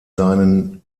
seinen